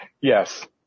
yes